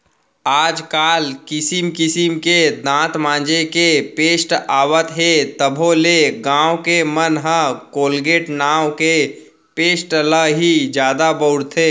आज काल किसिम किसिम के दांत मांजे के पेस्ट आवत हे तभो ले गॉंव के मन ह कोलगेट नांव के पेस्ट ल ही जादा बउरथे